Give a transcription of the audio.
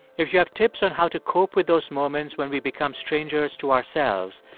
if you have tips on how to cope with those moments when we become strangers to ourselves,